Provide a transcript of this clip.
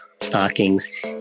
stockings